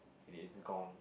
it is gone